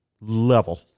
level